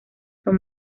son